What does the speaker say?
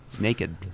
Naked